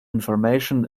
information